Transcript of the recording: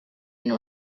and